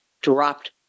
dropped